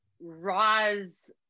Roz